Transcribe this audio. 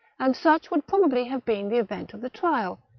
and such would probably have been the event of the trial,